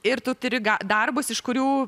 ir tu turi darbus iš kurių